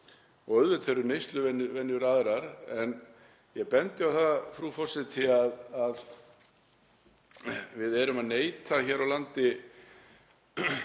og auðvitað eru neysluvenjur aðrar. En ég bendi á það, frú forseti, að við erum að neyta hér á landi